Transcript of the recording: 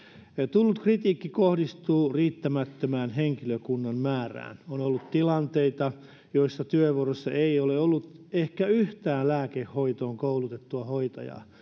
tullut kritiikki kohdistuu riittämättömään henkilökunnan määrään on ollut tilanteita joissa työvuorossa ei ole ollut ehkä yhtään lääkehoitoon koulutettua hoitajaa